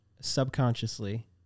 subconsciously